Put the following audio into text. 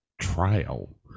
trial